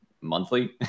monthly